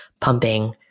pumping